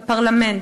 בפרלמנט,